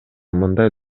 мындай